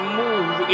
move